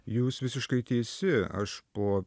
jūs visiškai teisi aš po